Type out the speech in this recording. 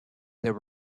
there